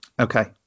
Okay